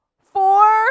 four